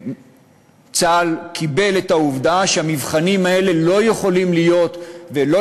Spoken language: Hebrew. צה"ל קיבל את העובדה שהמבחנים האלה לא יכולים להיות ולא